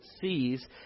sees